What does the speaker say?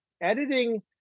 editing